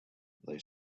they